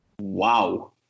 Wow